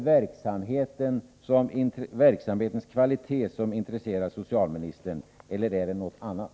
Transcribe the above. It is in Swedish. Är det verksamhetens kvalitet som intresserar socialministern, eller är det någonting annat?